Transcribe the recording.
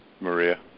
Maria